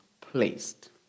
placed